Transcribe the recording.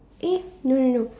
eh no no no